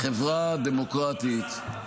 זו הנחיה שהיא לא חוקית --- כן,